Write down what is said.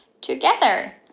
together